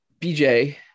BJ